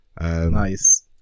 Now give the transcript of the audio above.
Nice